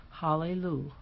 Hallelujah